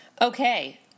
Okay